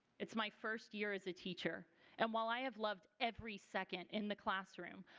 it is my first year as a teacher and while i have loved every second in the classroom,